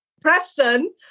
Preston